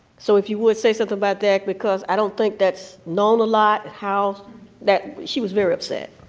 so, if you would, say something about that, because i don't think that's known a lot, how that she was very upset.